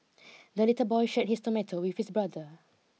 the little boy shared his tomato with his brother